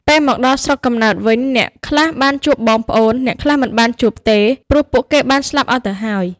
ពេលមកដល់ស្រុកកំណើតវិញអ្នកខ្លះបានជួបបងប្អូន អ្នកខ្លះមិនបានជួបទេព្រោះពួកគេបានស្លាប់អស់ទៅហើយ។